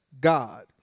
God